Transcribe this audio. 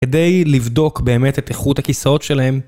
כדי לבדוק באמת את איכות הכיסאות שלהם.